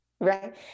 right